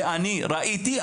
ואני ראיתי.